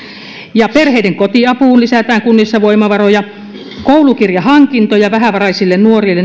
ja perheiden kotiapuun lisätään kunnissa voimavaroja koulukirjahankintoja vähävaraisille nuorille